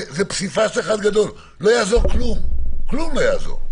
זה פסיפס אחד גדול וכלום לא יעזור.